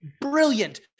brilliant